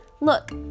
Look